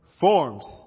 forms